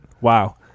Wow